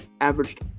averaged